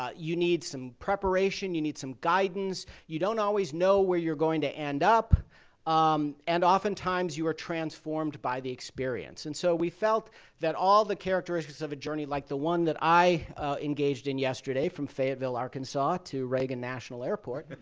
ah you need some preparation. you need some guidance. you don't always know where you're going to end up um and, oftentimes, you are transformed by the experience. and so we felt that all the characteristics of a journey like the one that i engaged in yesterday from fayetteville, arkansas, to reagan national airport,